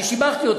אני שיבחתי אותו.